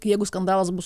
jeigu skandalas bus